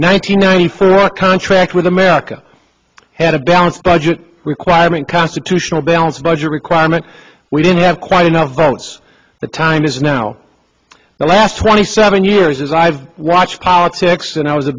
ninety nine contract with america had a balanced budget requirement constitutional balanced budget requirement we didn't have quite enough votes the time is now the last twenty seven years as i've watched politics and i was a